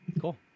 cool